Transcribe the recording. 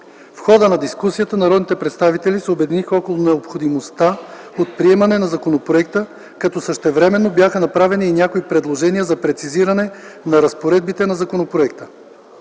В хода на дискусията народните представители се обединиха около необходимостта от приемане на законопроекта, като същевременно бяха направени и някои предложения за прецизиране на разпоредбите на законопроекта.